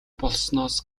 болсноос